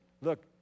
Look